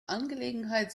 angelegenheit